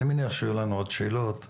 אני מניחה שיהיו לנו עוד שאלות בהמשך,